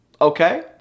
Okay